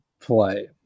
play